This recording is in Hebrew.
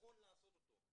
נכון לעשות אותו.